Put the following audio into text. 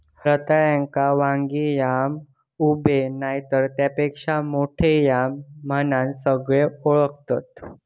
रताळ्याक वांगी yam, ube नायतर तेच्यापेक्षा मोठो याम म्हणान सगळे ओळखतत